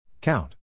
Count